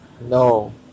No